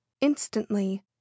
instantly